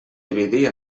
dividir